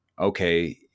okay